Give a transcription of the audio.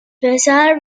پسر